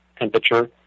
temperature